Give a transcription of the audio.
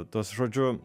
tuos žodžiu